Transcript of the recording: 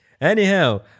Anyhow